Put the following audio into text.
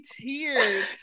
tears